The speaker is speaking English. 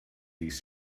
these